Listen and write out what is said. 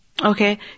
Okay